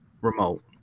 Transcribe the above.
remote